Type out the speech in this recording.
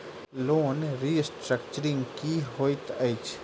Loan restructuring की होइत अछि?